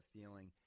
feeling